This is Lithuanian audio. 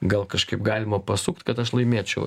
gal kažkaip galima pasukt kad aš laimėčiau